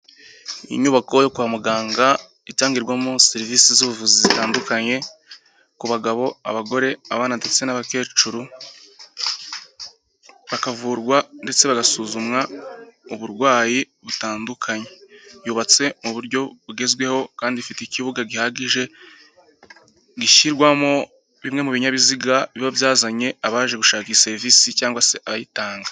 Inyubako yo kwa muganga itangirwamo serivisi z'ubuvuzi zitandukanye, ku bagabo, abagore, abana ndetse n'abakecuru, bakavurwa ndetse bagasuzumwa uburwayi butandukanye, yubatse mu buryo bugezweho kandi ifite ikibuga gihagije gishyirwamo bimwe mu binyabiziga biba byazanye abaje gushaka iyi serivisi cyangwa se ayitanga.